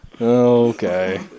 Okay